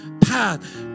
path